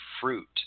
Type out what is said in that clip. fruit